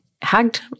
hugged